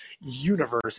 universe